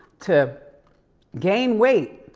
to gain weight,